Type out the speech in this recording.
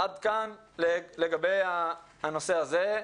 עד כאן לגבי הנושא הזה.